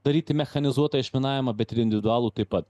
daryti mechanizuotą išminavimą bet ir individualų taip pat